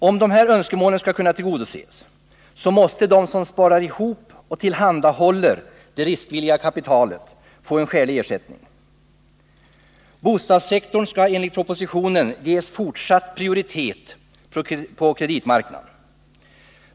Om dessa önskemål skall kunna tillgodoses måste de som sparar ihop och tillhandahåller det riskvilliga kapitalet få skälig ersättning. Bostadssektorn skall enligt propositionen ges fortsatt prioritet på kreditmarknaden.